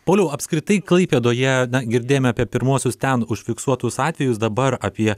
pauliau apskritai klaipėdoje na girdėjome apie pirmuosius ten užfiksuotus atvejus dabar apie